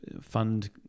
fund